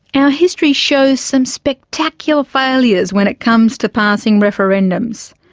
our history shows some spectacular failures when it comes to passing referendums.